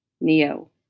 Neo